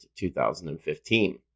2015